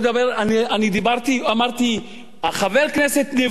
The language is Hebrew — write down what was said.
אני אמרתי: חבר הכנסת נבחר,